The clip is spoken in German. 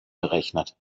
berechnet